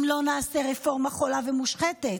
אם לא נעשה רפורמה חולה ומושחתת?